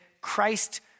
Christ